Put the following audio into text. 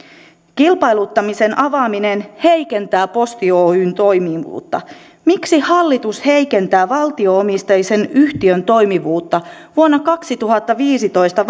kilpailuttamisen avaaminen heikentää posti oyn toimivuutta miksi hallitus heikentää valtio omisteisen yhtiön toimivuutta vuonna kaksituhattaviisitoista